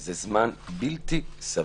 זה זמן בלתי סביר.